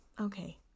okay